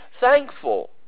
thankful